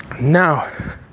now